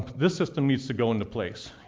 this system needs to go into place.